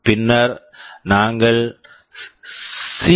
பின்னர் நாங்கள் சி